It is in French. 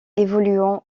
évoluant